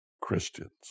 Christians